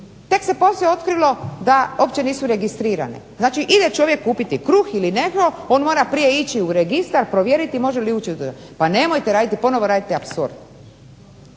Tek se poslije otkrilo da uopće nisu registrirane. Znači, ide čovjek kupiti kruh ili nešto. On mora prije ići u registar provjeriti može li ući u .../Govornica se